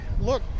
look